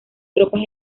tropas